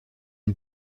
une